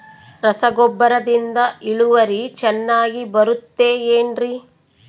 ರಸಗೊಬ್ಬರದಿಂದ ಇಳುವರಿ ಚೆನ್ನಾಗಿ ಬರುತ್ತೆ ಏನ್ರಿ?